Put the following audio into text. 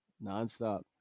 non-stop